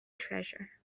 treasure